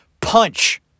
punch